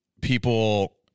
people